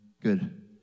good